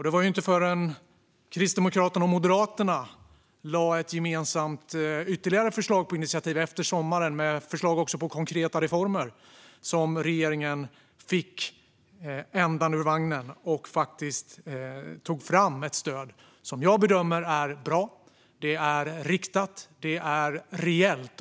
Det var inte förrän Kristdemokraterna och Moderaterna lade fram ett gemensamt ytterligare förslag till initiativ efter sommaren med förslag på konkreta reformer som regeringen fick ändan ur vagnen och tog fram ett stöd som jag bedömer är bra. Det är riktat och reellt.